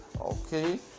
Okay